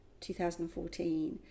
2014